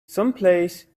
someplace